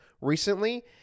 recently